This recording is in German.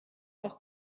auch